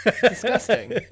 Disgusting